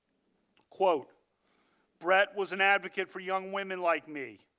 quote brett was an advocate for young women like me.